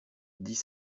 dix